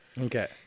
Okay